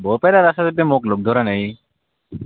বৰপেটাত আছ' যদিও মোক লগ ধৰা নাই